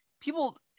people